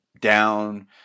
down